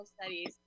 studies